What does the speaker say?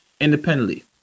independently